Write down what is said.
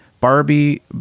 barbie